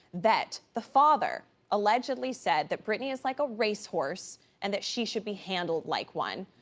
that the father allegedly said that britney is like a race horse and that she should be handled like one.